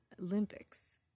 Olympics